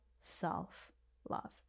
self-love